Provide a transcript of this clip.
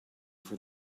for